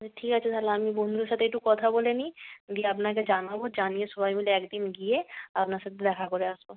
ঠিক আছে তাহলে আমি বন্ধুদের সাথে একটু কথা বলে নিই দিয়ে আপনাকে জানাব জানিয়ে সবাই মিলে একদিন গিয়ে আপনার সাথে দেখা করে আসবো